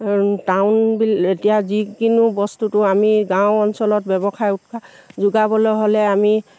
town এতিয়া যিকোনো বস্তুটো আমি গাঁও অঞ্চলত ব্যৱসায় উৎসাহ যোগাবলৈ হ'লে আমি